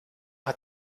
hat